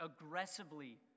aggressively